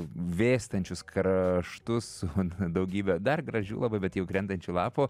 vėstančius kraštus daugybę dar gražių labai bet jau krentančių lapų